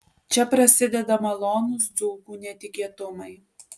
čia prasideda malonūs dzūkų netikėtumai